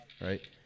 right